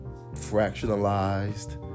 fractionalized